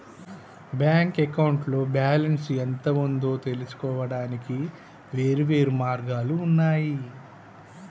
bank అకౌంట్లో balance ఎంత ఉందో తెలుసుకోవడానికి వేర్వేరు మార్గాలు ఉన్నయి